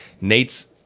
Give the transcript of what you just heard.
Nate's